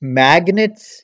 magnets